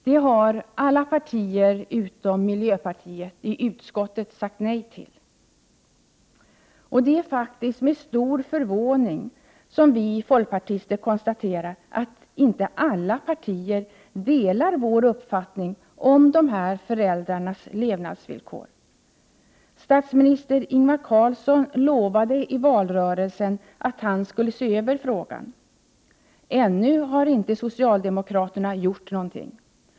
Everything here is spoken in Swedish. Detta har de andra partierna i utskottet — utom miljöpartiet — sagt nej till. Det är faktiskt med stor förvåning som vi folkpartister konstaterar att inte alla partier delar vår uppfattning om dessa föräldrars levnadsvillkor. Statsminister Ingvar Carlsson lovade i valrörelsen att se över den här frågan. Ännu har socialdemokraterna inte gjort någonting.